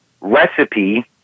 recipe